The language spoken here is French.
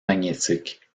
magnétique